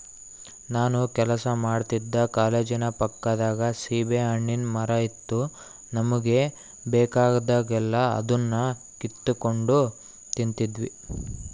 ನಾನು ಕೆಲಸ ಮಾಡ್ತಿದ್ದ ಕಾಲೇಜಿನ ಪಕ್ಕದಾಗ ಸೀಬೆಹಣ್ಣಿನ್ ಮರ ಇತ್ತು ನಮುಗೆ ಬೇಕಾದಾಗೆಲ್ಲ ಅದುನ್ನ ಕಿತಿಗೆಂಡ್ ತಿಂತಿದ್ವಿ